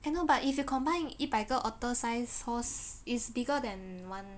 I know but if you combine 一百个 otter-sized horse is bigger than one